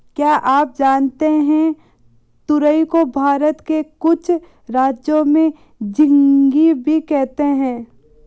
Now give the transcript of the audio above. क्या आप जानते है तुरई को भारत के कुछ राज्यों में झिंग्गी भी कहते है?